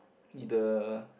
either